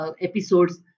episodes